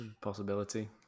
Possibility